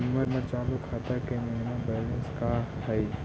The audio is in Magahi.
हमर चालू खाता के मिनिमम बैलेंस का हई?